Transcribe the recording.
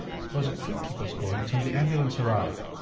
because it could keep us going till the ambulance arrived.